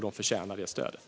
De förtjänar det stödet.